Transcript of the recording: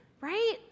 Right